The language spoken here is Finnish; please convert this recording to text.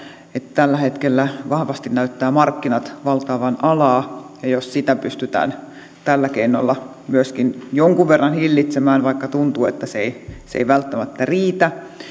tällä hetkellä vahvasti näyttävät markkinat valtaavan alaa ja jos sitä pystytään tällä keinolla myöskin jonkun verran hillitsemään vaikka tuntuu että se ei se ei välttämättä riitä